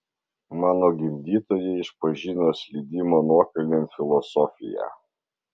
mano gimdytojai išpažino slydimo nuokalnėn filosofiją